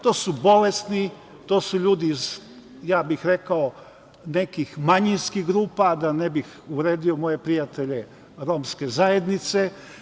To su bolesni, to su ljudi iz, ja bih rekao, nekih manjinskih grupa da ne bih uvredio moje prijatelje romske zajednice.